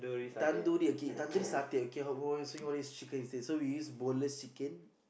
Tandoori okay Tandoori-Satay okay how what what you want to use chicken is this so we use boneless chicken